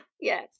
Yes